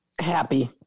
Happy